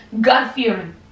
God-fearing